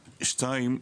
שתיים,